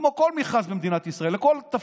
כמו כל מכרז במדינת ישראל, לכל תפקיד,